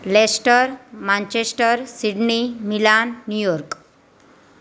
Leicester Manchester Sydney Milan New York